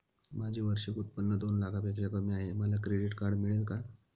माझे वार्षिक उत्त्पन्न दोन लाखांपेक्षा कमी आहे, मला क्रेडिट कार्ड मिळेल का?